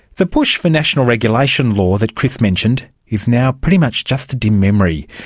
the push for national regulation law that chris mentioned is now pretty much just a dim memory.